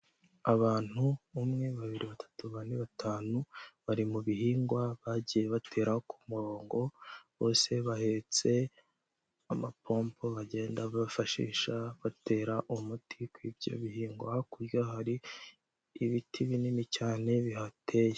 Abantu umwe, babiri, batatu, bane, batanu, bari mu bihingwa bagiye batera ku murongo, bose bahetse amapompo bagenda bifashisha batera umuti ku ibyo bihingwa. Hakurya hari ibiti binini cyane bihateye.